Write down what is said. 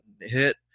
hit